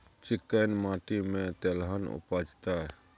चिक्कैन माटी में तेलहन उपजतै?